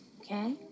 Okay